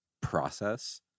process